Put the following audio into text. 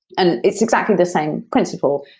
and it's exactly the same principle.